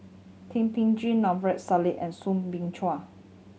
Thum Ping Tjin Maarof Salleh and Soo Bin Chua